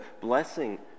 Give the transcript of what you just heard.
blessing